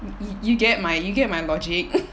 you you get my you get my logic